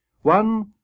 One